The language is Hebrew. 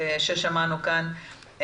ששמענו כאן.